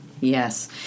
Yes